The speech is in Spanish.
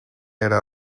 era